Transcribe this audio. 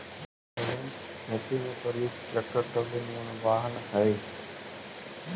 wagon खेती में प्रयुक्त ट्रैक्टर ट्रॉली निअन वाहन हई